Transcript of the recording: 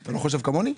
אתה לא חושב כמוני?